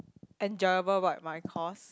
enjoyable but my course